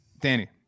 Danny